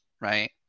right